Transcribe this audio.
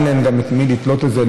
אין להם גם במי לתלות את זה,